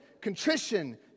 contrition